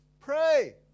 Pray